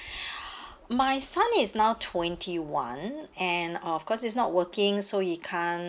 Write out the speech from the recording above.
my son is now twenty-one and uh cause he's not working so he can't